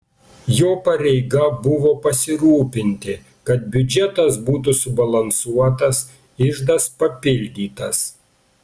jo pareiga buvo pasirūpinti kad biudžetas būtų subalansuotas iždas papildytas